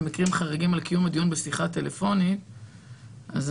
במקרים חריגים על קיום הדיון בשיחה טלפונית" יבוא,